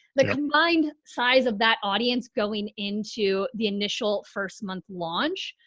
the combined size of that audience going into the initial first month launch,